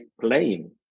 playing